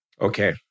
Okay